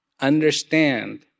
understand